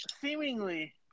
seemingly